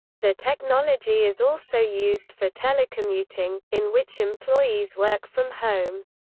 the technology is also used for telecommuting, in which employees work from home.